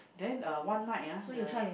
then uh one night ah the